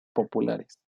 populares